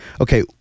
Okay